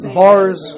bars